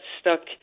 stuck